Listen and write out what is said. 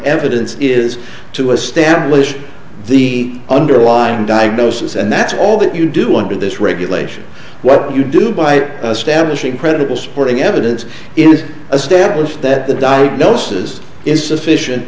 evidence is to establish the underlying diagnosis and that's all that you do want to this regulation what you do by stablish incredible supporting evidence is established that the diagnosis is sufficient